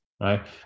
right